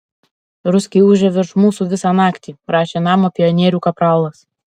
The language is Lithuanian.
ruskiai ūžia virš mūsų visą naktį rašė namo pionierių kapralas